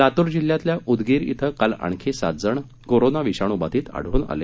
लातूर जिल्ह्यातल्या उदगीर इथं काल आणखी सात जण कोरोना विषाणू बाधित आढळून आले